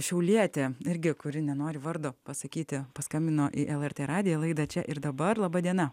šiaulietė irgi kuri nenori vardo pasakyti paskambino į lrt radiją laidą čia ir dabar laba diena